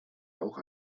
auch